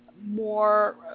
more